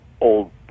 old